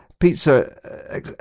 Pizza